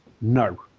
No